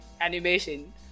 animation